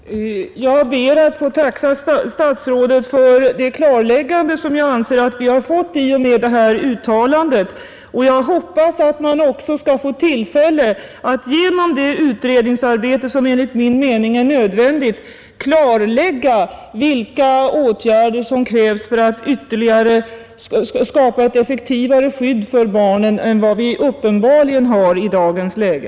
Herr talman! Jag ber att få tacka statsrådet för det klarläggande jag anser att vi fått i och med detta uttalande. Jag hoppas att man också skall få tillfälle att genom det utredningsarbete, som enligt min mening är nödvändigt, klarlägga vilka åtgärder som krävs för att skapa ett effektivare skydd för barnen än vi uppenbarligen har i dagens läge.